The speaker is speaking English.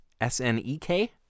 S-N-E-K